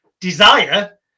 desire